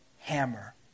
hammer